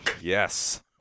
Yes